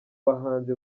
bahanzi